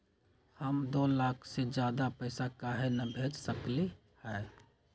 हम दो लाख से ज्यादा पैसा काहे न भेज सकली ह?